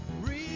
Real